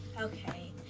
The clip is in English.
okay